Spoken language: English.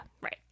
right